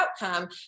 outcome